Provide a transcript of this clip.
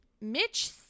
Mitch